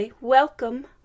Welcome